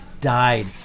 died